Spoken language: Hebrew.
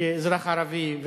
כאזרח ערבי,